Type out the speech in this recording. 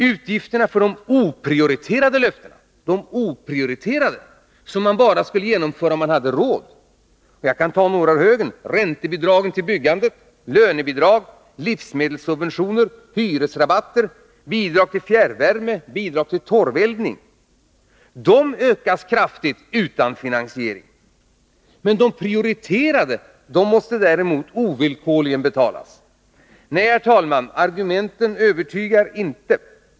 Utgifterna för de oprioriterade löftena, som man skulle genomföra bara om man hade råd — räntebidrag till byggande, Nr 50 lönebidrag, livsmedelssubventioner, hyresrabatter, bidrag till fjärrvärme Onsdagen den och till torveldning, för att bara ta några ur högen — ökas kraftigt utan 15 december 1982 finansiering. Men de prioriterade måste ovillkorligen betalas! Nej, herr talman, argumenten övertygar inte.